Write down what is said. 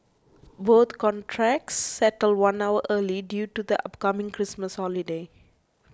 both contracts settled one hour early due to the upcoming Christmas holiday